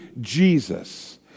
Jesus